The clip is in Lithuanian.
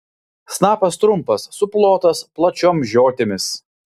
snapas trumpas suplotas plačiom žiotimis